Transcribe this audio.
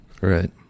right